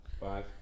Five